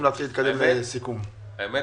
את האמת,